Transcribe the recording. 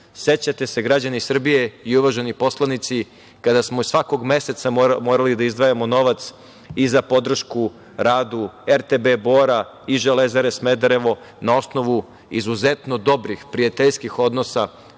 rizici.Sećate se, građani Srbije i uvaženi poslanici, kada smo svakog meseca morali da izdvajamo novac i za podršku radu RTB Bora i Železare Smederevo na osnovu izuzetno dobrih prijateljskih odnosa